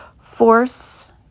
force